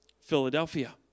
Philadelphia